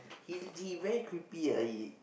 he he very creepy he